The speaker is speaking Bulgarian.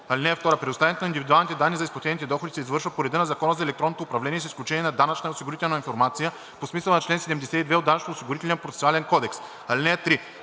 помощ. (2) Предоставянето на индивидуалните данни за изплатени доходи се извършва по реда на Закона за електронното управление, с изключение на данъчна и осигурителна информация по смисъла на чл. 72 от Данъчно-осигурителния процесуален кодекс. (3)